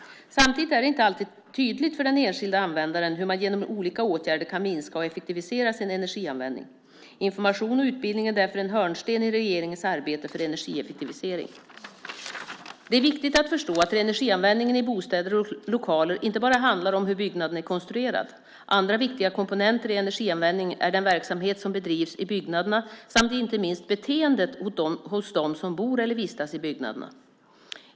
Samtidigt är det inte alltid tydligt för den enskilda användaren hur man genom olika åtgärder kan minska och effektivisera sin energianvändning. Information och utbildning är därför en hörnsten i regeringens arbete för energieffektivisering. Det är viktigt att förstå att energianvändningen i bostäder och lokaler inte bara handlar om hur byggnaden är konstruerad. Andra viktiga komponenter i energianvändningen är den verksamhet som bedrivs i byggnaderna samt inte minst beteendet hos dem som bor eller vistas i byggnaderna.